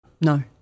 No